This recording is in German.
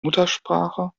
muttersprache